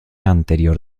anterior